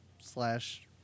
slash